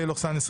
פ/216/24,